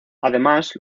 además